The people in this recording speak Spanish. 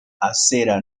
acera